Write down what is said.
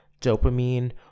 dopamine